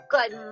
Good